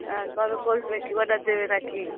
তা কবে করবে অর্ডার দেবে না কি